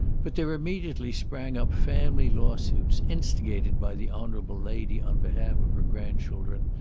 but there immediately sprang up family lawsuits, instigated by the honourable lady on behalf of her grandchildren,